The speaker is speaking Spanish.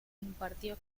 impartió